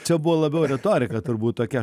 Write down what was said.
čia buvo labiau retorika turbūt tokia